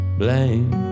blame